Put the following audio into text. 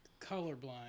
colorblind